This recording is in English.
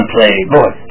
Playboy